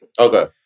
Okay